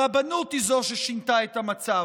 הרבנות היא ששינתה את המצב.